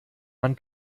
man